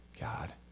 God